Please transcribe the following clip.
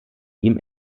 ihm